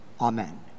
Amen